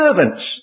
Servants